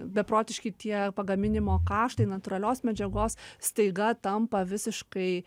beprotiški tie pagaminimo kaštai natūralios medžiagos staiga tampa visiškai